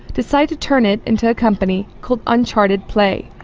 decided to turn it into a company called uncharted play.